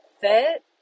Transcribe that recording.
fit